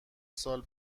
سال